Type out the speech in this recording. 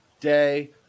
Day